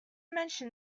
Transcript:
mention